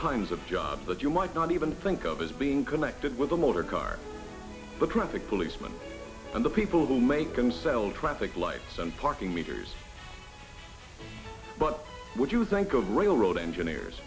kinds of jobs that you might not even think of as being connected with the motor car the traffic policeman and the people who make and sell traffic lights and parking meters but what you think of railroad engineers